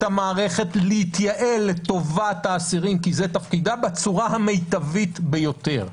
המערכת להתייעל לטובת האסירים כי זה תפקידה - בצורה המיטבית ביותר,